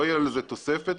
לא תהיה לזה תוספת.